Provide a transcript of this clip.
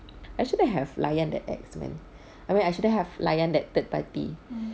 I shouldn't have layan the ex man I mean I shouldn't have layan that third party